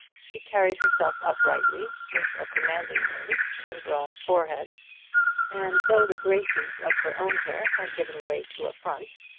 she carried herself uprightly, with a commanding nose and broad forehead and though the graces of her own hair had given way to a front,